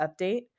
update